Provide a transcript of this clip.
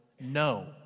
no